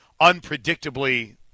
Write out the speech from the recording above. unpredictably